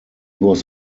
was